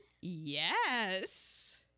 Yes